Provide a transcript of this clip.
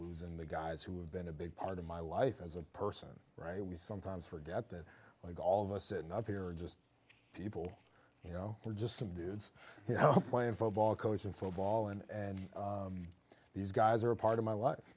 and the guys who have been a big part of my life as a person right we sometimes forget that like all of us sitting up here are just people you know are just some dude you know playing football coach and football and these guys are a part of my life